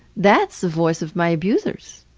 that's the voice of my abusers.